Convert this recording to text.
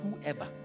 whoever